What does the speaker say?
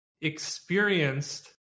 experienced